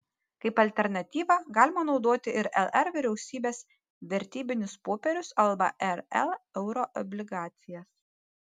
kaip alternatyvą galima naudoti ir lr vyriausybės vertybinius popierius arba lr euroobligacijas